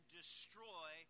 destroy